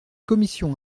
commission